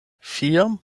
vier